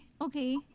okay